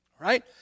right